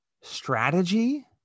strategy